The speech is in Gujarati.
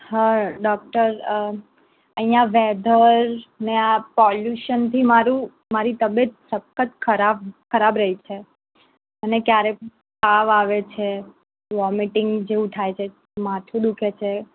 હા ડૉક્ટર અહીંયા વેધર ને આ પોલ્યુશનથી મારું મારી તબિયત સખત ખરાબ ખરાબ રહે છે અને ક્યારેક તાવ આવે છે વોમેટિંગ જેવું થાય છે માથું દુઃખે છે